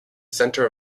centre